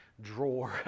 drawer